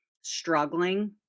struggling